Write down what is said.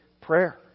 prayer